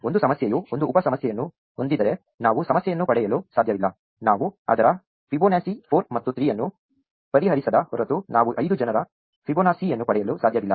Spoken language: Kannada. ಒಂದು ಸಮಸ್ಯೆಯು ಒಂದು ಉಪ ಸಮಸ್ಯೆಯನ್ನು ಹೊಂದಿದ್ದರೆ ನಾವು ಸಮಸ್ಯೆಯನ್ನು ಪಡೆಯಲು ಸಾಧ್ಯವಿಲ್ಲ ನಾವು ಅದರ ಫಿಬೊನಾಸಿ 4 ಮತ್ತು 3 ಅನ್ನು ಪರಿಹರಿಸದ ಹೊರತು ನಾವು ಐದು ಜನರ ಫಿಬೊನಾಸಿಯನ್ನು ಪಡೆಯಲು ಸಾಧ್ಯವಿಲ್ಲ